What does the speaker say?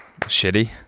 Shitty